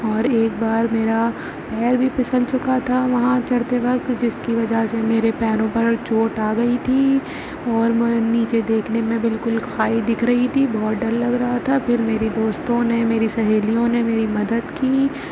اور ایک بار میرا پیر بھی پھسل چکا تھا وہاں چڑھتے وقت جس کی وجہ سے میرے پیروں پر چوٹ آ گئی تھی اور میں نیچے دیکھنے میں بالکل کھائی دکھ رہی تھی بہت ڈر لگ رہا تھا پھر میری دوستوں نے میری سہیلیوں نے میری مدد کی اور